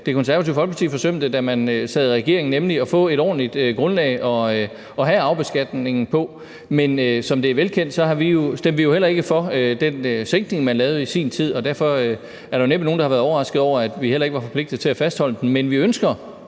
Det Konservative Folkeparti forsømte, da man sad i regering, nemlig at få et ordentligt grundlag at have arvebeskatningen på. Men som det er velkendt, stemte vi jo heller ikke for den sænkning, man lavede i sin tid, og derfor er der næppe nogen, der har været overrasket over, at vi heller ikke var forpligtet til at fastholde den. Men vi ønsker